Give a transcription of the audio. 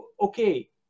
okay